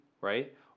Right